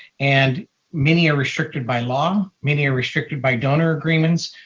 and many are restricted by law, many are restricted by donor agreements,